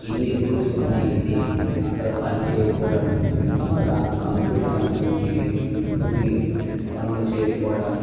ఎన్ని రూల్స్ ఉన్నాయంటే అక్కడ పని చేయకపోవడం అక్కడ కంప్యూటర్ సంబంధించివి కొన్ని పనులు చేయకపోవడం